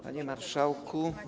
Panie Marszałku!